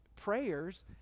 prayers